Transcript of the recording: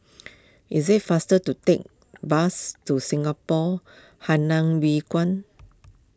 it is faster to take the bus to Singapore Hainan Hwee Kuan